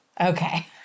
Okay